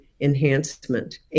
enhancement